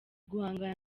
guhangana